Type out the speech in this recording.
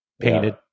painted